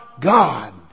God